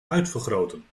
uitvergroten